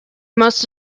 most